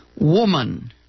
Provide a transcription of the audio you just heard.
woman